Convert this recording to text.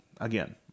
again